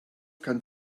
kann